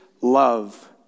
love